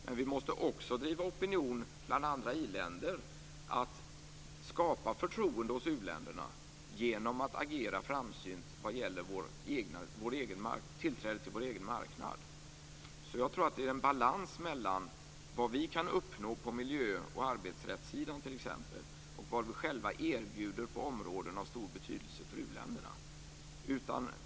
Men vi måste också driva opinion bland andra iländer för att skapa förtroende hos u-länderna, genom att agera framsynt vad gäller tillträde till vår egen marknad. Jag tror att det är fråga om en balans mellan vad vi kan uppnå på miljö och arbetsrättssidan och vad vi själva erbjuder på områden av stor betydelse för uländerna.